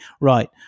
right